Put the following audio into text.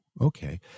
okay